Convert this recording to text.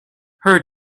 her